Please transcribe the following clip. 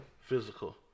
physical